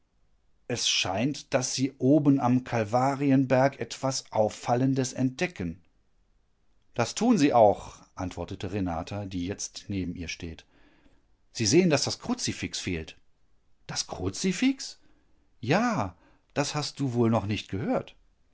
es scheint daß sie oben am kalvarienberg etwas auffallendes entdecken das tun sie auch antwortet renata die jetzt neben ihr steht sie sehen daß das kruzifix fehlt das kruzifix ja das hast du wohl noch nicht gehört